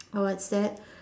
uh what's that